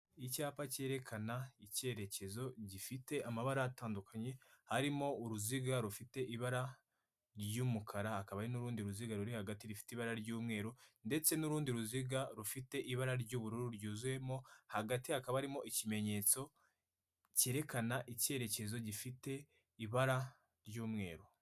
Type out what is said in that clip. Icyapa cyerekana icyerekezo gifite amabara atandukanye, harimo uruziga rufite ibara ry'umukara, hakaba n'urundi ruziga ruri hagati rifite ibara ry'umweru ndetse n'urundi ruziga rufite ibara ry'ubururu ryuzuyemo, hagati hakaba harimo ikimenyetso cyerekana icyerekezo gifite ibara ry'umweru.